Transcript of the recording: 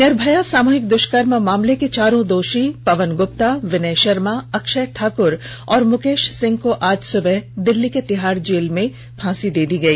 निर्भया सामूहिक दुष्कर्म मामले के चारों दोषी पवन ग्रप्ता विनय शर्मा अक्षय ठाक्र और मुकेश सिंह को आज सुबह दिल्ली के तिहाड़ जेल में फांसी दे दी गई